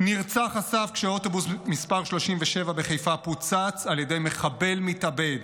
נרצח אסף כשאוטובוס מס' 37 בחיפה פוצץ על ידי מחבל מתאבד.